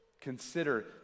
Consider